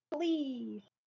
Please